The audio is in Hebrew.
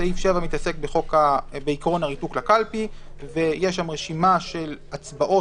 סעיף 7 מתעסק בעיקרון הריתוק לקלפי ויש שם רשימה של הצבעות